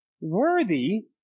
worthy